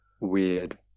weird